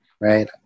right